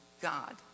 God